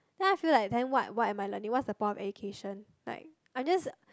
then I feel like then what what am I learning what's the point of education like I just